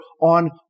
on